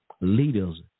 leaders